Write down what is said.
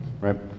Right